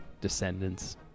descendants